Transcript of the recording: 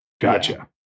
Gotcha